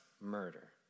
murder